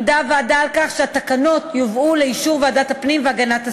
עמדה הוועדה על כך שהתקנות יובאו לאישור ועדת הפנים והגנת הסביבה.